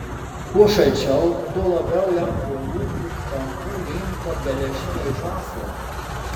kuo šalčiau tuo labiau jam prie lūpų kampų limpa geležiniai žąslai